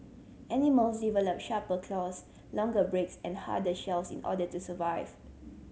animals develop sharper claws longer breaks and harder shells in order to survive